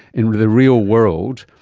in the real world,